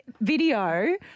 video